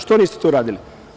Što niste to uradili?